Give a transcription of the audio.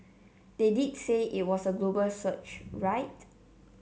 they did say it was a global search right